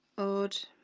odd